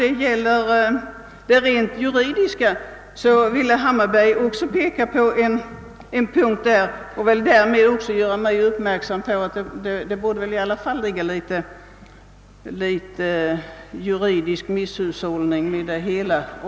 Vad gäller det rent juridiska ville herr Hammarberg genom ett citat göra mig uppmärksam på att det kunde ligga något av juridisk misshushållning i det hela.